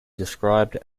described